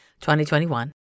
2021